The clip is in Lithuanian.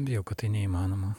bijau kad tai neįmanoma